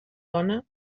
dóna